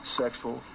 sexual